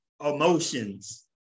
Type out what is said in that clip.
emotions